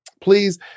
Please